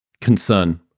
concern